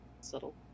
subtle